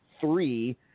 three